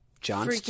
John